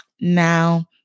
now